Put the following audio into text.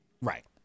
Right